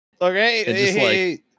Okay